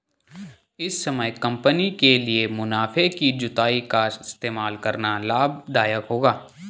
इस समय कंपनी के लिए मुनाफे की जुताई का इस्तेमाल करना लाभ दायक होगा